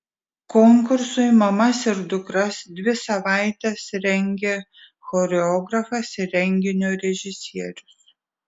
konkursui mamas ir dukras dvi savaites rengė choreografas ir renginio režisierius